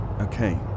Okay